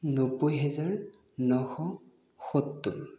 নব্বৈ হেজাৰ ন শ সত্তৰ